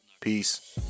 Peace